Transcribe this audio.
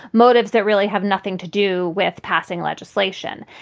motives that really have nothing to do with passing legislation.